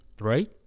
right